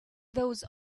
those